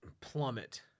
plummet